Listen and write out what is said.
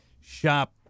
shop